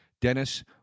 Dennis